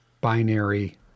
binary